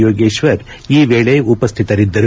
ಯೋಗೇಶ್ವರ್ ಈ ವೇಳೆ ಉಪಸ್ಥಿತರಿದ್ದರು